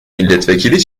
milletvekili